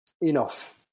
enough